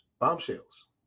bombshells